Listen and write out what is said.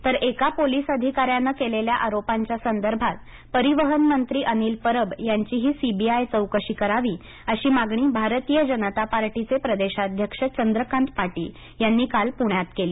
तर एका पोलीस अधिकाऱ्याने केलेल्या आरोपांच्या संदर्भात परिवहनमंत्री अनिल परब यांचीही सीबीआय चौकशी करावी अशी मागणी भारतीय जनता पार्टीचे प्रदेशाध्यक्ष चंद्रकांत पाटील यांनी काल पुण्यात केली